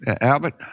Albert